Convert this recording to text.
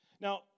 Now